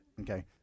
Okay